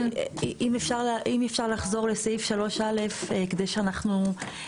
אם אפשר לחזור לסעיף 3א כדי שאנחנו,